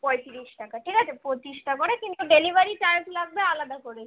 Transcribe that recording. পঁয়ত্রিশ টাকা ঠিক আছে পঁচিশটা করে কিন্তু ডেলিভারি চার্জ লাগবে আলাদা করে